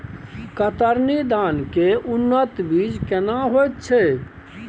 कतरनी धान के उन्नत बीज केना होयत छै?